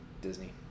Disney